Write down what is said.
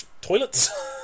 toilets